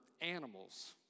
animals